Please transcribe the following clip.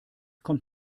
kommt